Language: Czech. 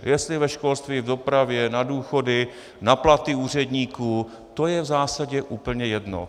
Jestli ve školství, v dopravě, na důchody, na platy úředníků, to je v zásadě úplně jedno.